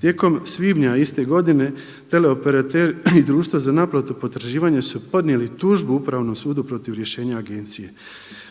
Tijekom svibnja iste godine teleoperater i društva za naplatu potraživanja su podnijeli tužbu Upravnom sudu protiv rješenja agencije.